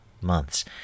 months